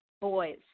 boys